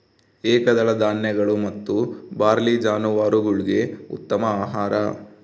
ಏಕದಳ ಧಾನ್ಯಗಳು ಮತ್ತು ಬಾರ್ಲಿ ಜಾನುವಾರುಗುಳ್ಗೆ ಉತ್ತಮ ಆಹಾರ